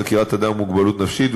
חקירת אדם עם מוגבלות נפשית,